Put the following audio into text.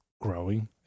growing